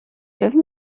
dürfen